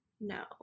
no